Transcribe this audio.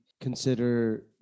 consider